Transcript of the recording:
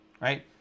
right